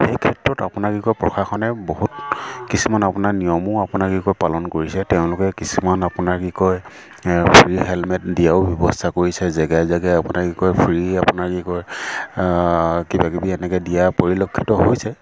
সেই ক্ষেত্ৰত আপোনাৰ কি কয় প্ৰশাসনে বহুত কিছুমান আপোনাৰ নিয়মো আপোনাক কি কয় পালন কৰিছে তেওঁলোকে কিছুমান আপোনাৰ কি কয় ফ্ৰী হেলমেট দিয়াও ব্যৱস্থা কৰিছে জেগাই জেগাই আপোনাৰ কি কয় ফ্ৰী আপোনাৰ কি কয় কিবা কিবি এনেকৈ দিয়া পৰিলক্ষিত হৈছে